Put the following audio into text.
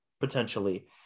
potentially